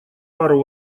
пару